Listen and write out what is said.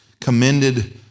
commended